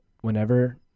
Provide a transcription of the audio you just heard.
whenever